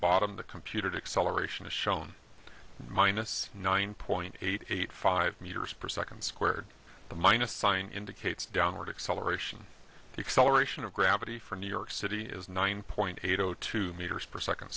bottom the computer to acceleration is shown minus nine point eight eight five meters per second squared the minus sign indicates downward acceleration acceleration of gravity from new york city is nine point eight zero two meters per second